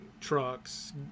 trucks